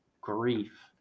grief